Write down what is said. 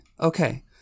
okay